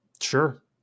sure